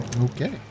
okay